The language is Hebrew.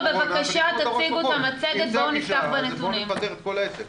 אם זאת הגישה אז בואו נפזר את כל העסק.